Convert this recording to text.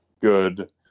good